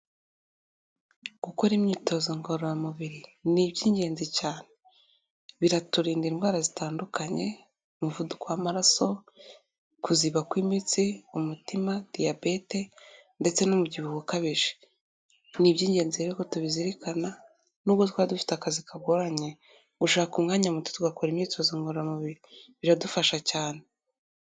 Gukora imyitozo ngororamubiri ni iby'ingenzi cyane. Biraturinda indwara zitandukanye umuvuduko w'amaraso, kuziba kw'imitsi, umutima, diyabete ndetse n'umubyibuho ukabije. Ni iby'ingenzi rero ko tubizirikana nubwo twaba dufite akazi kagoranye, gushaka umwanya muto tugakora imyitozo ngororamubiri biradufasha cyane.